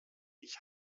ich